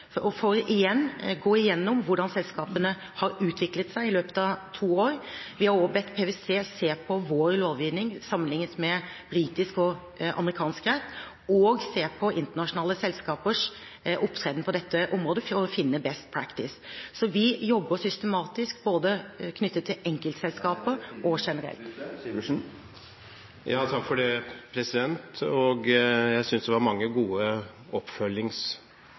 for igjen å gå igjennom hvordan selskapene har utviklet seg i løpet av to år. Vi har også bedt PwC se på vår lovgivning, sammenlignet med britisk og amerikansk rett, og se på internasjonale selskapers opptreden på dette området for å finne «best practice». Så vi jobber systematisk både knyttet til enkeltselskaper og generelt. Jeg synes det var mange gode oppfølgingspoenger i det som statsråden nå kom med. Det